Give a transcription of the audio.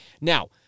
Now